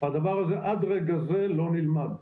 הדבר הזה עד רגע זה לא נלמד.